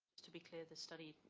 to be clear, the study